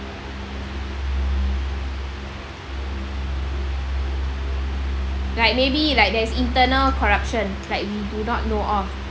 like maybe like there is internal corruption like you do not know of okay it was okay it was all the rage going on but you do not know off and then they are like so well hidden and then the equator